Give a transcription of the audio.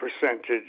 percentage